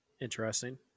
Interesting